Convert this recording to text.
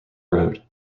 road